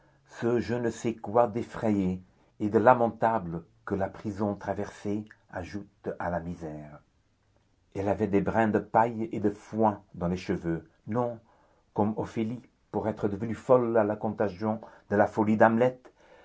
ce je ne sais quoi d'effrayé et de lamentable que la prison traversée ajoute à la misère elle avait des brins de paille et de foin dans les cheveux non comme ophélia pour être devenue folle à la contagion de la folie d'hamlet